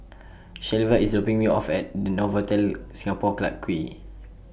Shelva IS dropping Me off At Novotel Singapore Clarke Quay